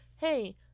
hey